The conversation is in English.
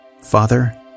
Father